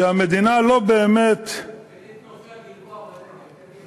שהמדינה לא באמת, תן לי את נופי הגלבוע בנגב.